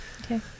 Okay